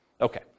Okay